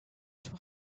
too